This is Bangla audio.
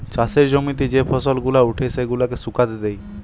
চাষের জমিতে যে ফসল গুলা উঠে সেগুলাকে শুকাতে দেয়